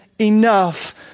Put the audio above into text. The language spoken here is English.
enough